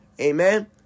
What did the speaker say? Amen